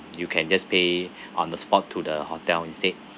you can just pay on the spot to the hotel instead